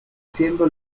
siendo